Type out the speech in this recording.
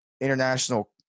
international